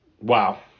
Wow